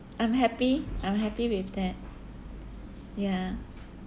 I'm happy I'm happy with that ya